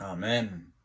Amen